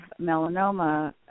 melanoma